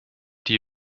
die